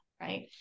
right